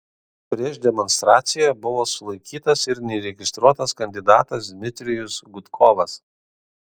prieš demonstraciją buvo sulaikytas ir neįregistruotas kandidatas dmitrijus gudkovas